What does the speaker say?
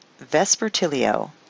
vespertilio